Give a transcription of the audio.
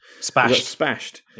Spashed